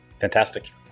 Fantastic